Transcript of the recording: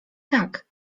tak